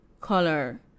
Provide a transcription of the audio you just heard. color